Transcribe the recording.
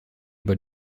über